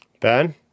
Ben